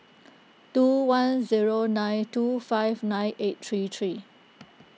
two one zero nine two five nine eight three three